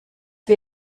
wir